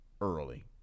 early